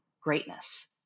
greatness